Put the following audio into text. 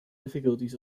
difficulties